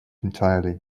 entirely